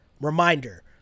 reminder